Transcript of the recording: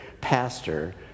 pastor